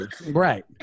Right